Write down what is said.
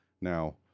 Now